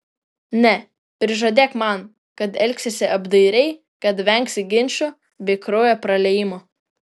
ne prižadėk man kad elgsiesi apdairiai kad vengsi ginčų bei kraujo praliejimo